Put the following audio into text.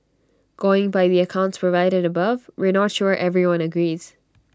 going by the accounts provided above we're not sure everyone agrees